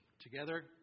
Together